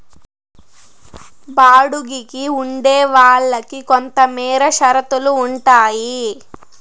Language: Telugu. బాడుగికి ఉండే వాళ్ళకి కొంతమేర షరతులు ఉంటాయి